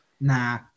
Nah